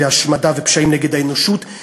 השמדה ופשעים נגד האנושות,